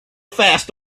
fast